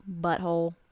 butthole